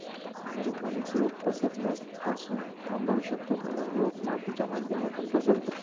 aeroponics रोग पसरण्यास पासून थांबवू शकतो कारण, रोग मातीच्या माध्यमातून पसरतो